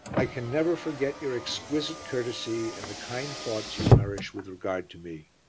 i can never forget your exquisite courtesy and the kind thoughts you nourish with regard to me.